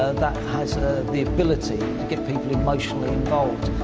has ah the ability to get people emotionally involved.